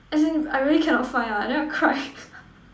as in I really cannot find ah and then I cry